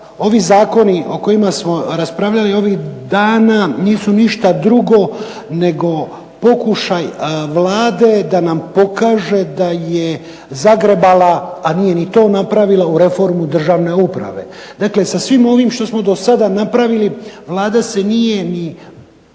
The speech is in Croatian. ovi zakoni o kojima smo raspravljali ovih dana nisu ništa drugo nego pokušaj Vlade da nam pokaže da je zagrebala, a nije ni to napravila u reformu državne uprave. Dakle, sa svim ovim što smo do sada napravili Vlada se nije ni